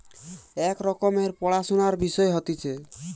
এক রকমের পড়াশুনার বিষয় হতিছে